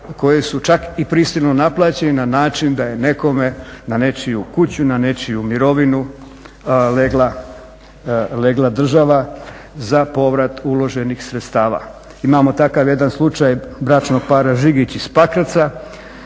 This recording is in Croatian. koji su čak i prisilno naplaćeni na način da je nekome na nečiju kuću, na nečiju mirovinu legle država za povrat uloženih sredstava. Imamo takav jedan slučaj bračnog para Žigić iz Pakraca